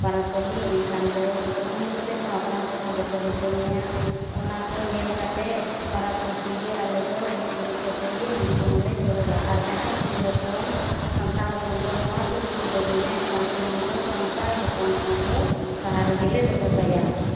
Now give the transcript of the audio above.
ᱯᱚᱨᱚᱵᱽ ᱯᱟᱹᱞᱤ ᱮᱱᱠᱷᱟᱱ ᱫᱚ ᱠᱩᱠᱢᱩ ᱠᱚᱛᱮᱦᱚᱸ ᱦᱟᱯᱲᱟᱢ ᱠᱚᱠᱚ ᱵᱚᱛᱚᱨ ᱦᱚᱪᱚ ᱢᱮᱭᱟ ᱚᱱᱟ ᱠᱚ ᱧᱮᱞ ᱠᱟᱛᱮᱫ ᱯᱚᱨᱚᱵᱽ ᱯᱚᱨᱛᱤᱜᱮ ᱟᱞᱮᱫᱚ ᱜᱮᱡ ᱜᱩᱨᱤᱡ ᱠᱟᱛᱮᱜᱮ ᱟᱞᱮᱫᱚ ᱦᱟᱺᱰᱤ ᱠᱚᱦᱚᱸ ᱞᱮ ᱪᱚᱰᱚᱨᱟ ᱟᱨ ᱡᱟᱦᱟᱸ ᱠᱩᱲᱤ ᱦᱚᱯᱚᱱ ᱥᱟᱱᱛᱟᱲ ᱦᱚᱯᱚᱱ ᱫᱚ ᱱᱚᱣᱟ ᱠᱚ ᱡᱩᱫᱤ ᱵᱟᱹᱜᱤᱱᱟᱭ ᱮᱱᱠᱷᱟᱱ ᱫᱚ ᱩᱱᱤ ᱫᱚ ᱥᱟᱱᱛᱟᱲ ᱦᱚᱯᱚᱱ ᱠᱷᱚᱱ ᱫᱚ ᱥᱟᱦᱟ ᱨᱮᱜᱮᱞᱮ ᱫᱚᱦᱚ ᱠᱟᱭᱟ